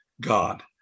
God